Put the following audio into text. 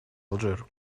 алжир